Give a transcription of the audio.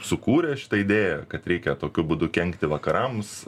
sukūrė šitą idėją kad reikia tokiu būdu kenkti vakarams